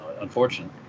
Unfortunate